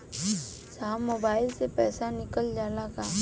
साहब मोबाइल से पैसा निकल जाला का?